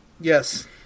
Yes